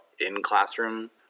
in-classroom